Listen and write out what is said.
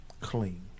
clean